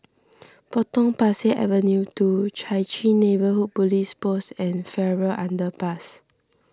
Potong Pasir Avenue two Chai Chee Neighbourhood Police Post and Farrer Underpass